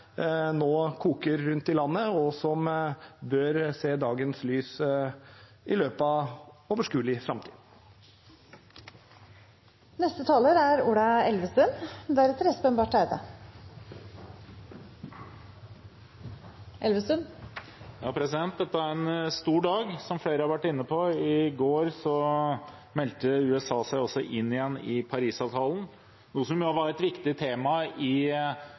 nå koker rundt i landet, og som bør se dagens lys i løpet av overskuelig framtid? Ja, dette er en stor dag, som flere har vært inne på. I går meldte USA seg inn igjen i Parisavtalen. Noe som var et viktig tema i